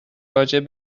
راجع